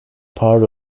part